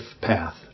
path